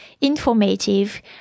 informative